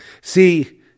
See